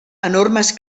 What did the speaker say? enormes